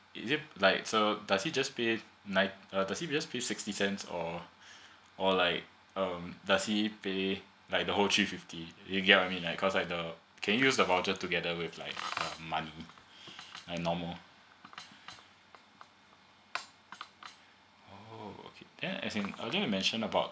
is it like so uh does he just paid nine uh does he just pay sixty cents or or like um does he pay like the whole three fifty you get what I mean I cause like the uh can use the voucher together with like my um a norm mm oh okay can as in okay did u mention about